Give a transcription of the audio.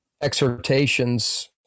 exhortations